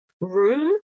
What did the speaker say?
room